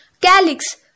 Calyx